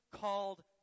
called